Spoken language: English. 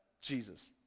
Jesus